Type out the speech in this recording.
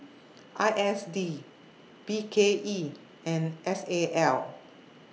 I S D B K E and S A L